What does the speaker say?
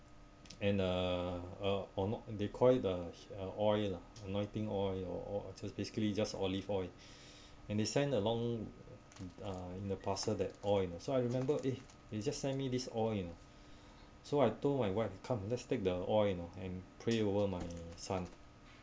and uh uh or not they call it the uh oil anointing or you're just basically just olive oil and they send along uh in the parcel that oil you know so I remember eh they just send me this oil you know so I told my wife come let's take the oil you know and pray over my son